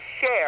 share